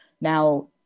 now